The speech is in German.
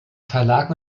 verlag